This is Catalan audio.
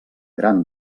gran